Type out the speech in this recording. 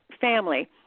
family